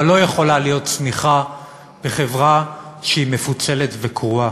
אבל לא יכולה להיות צמיחה בחברה שהיא מפוצלת וקרועה.